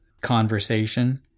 conversation